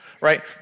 right